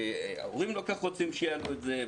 ההורים לא כל כך רוצים שיעלו את זה,